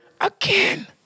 again